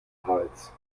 hals